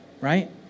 Right